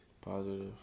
Positive